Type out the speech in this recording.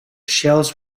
shells